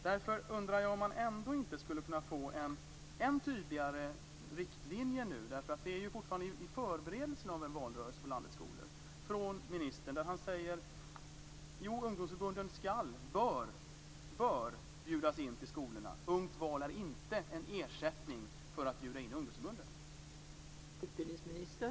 Därför undrar jag om vi inte nu skulle kunna få en än tydligare riktlinje från ministern - vi är ju fortfarande i förberedelserna inför en valrörelse på landets skolor - där han säger: Jo, ungdomsförbunden bör bjudas in till skolorna. Ungt val är inte en ersättning för att bjuda in ungdomsförbunden.